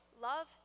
love